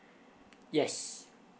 yes